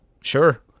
Sure